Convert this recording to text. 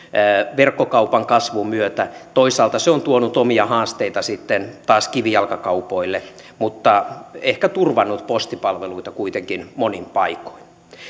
verkkokaupan kasvun myötä toisaalta se on tuonut omia haasteita sitten taas kivijalkakaupoille mutta ehkä turvannut postipalveluita kuitenkin monin paikoin